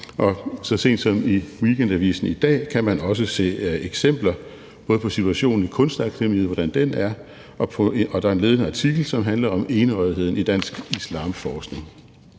Så sent som i Weekendavisen i dag kan man også se eksempler på situationen i Kunstakademiet, og der er en ledende artikel, som handler om enøjetheden i dansk islamforskning.